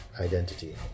identity